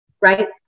right